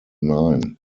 nine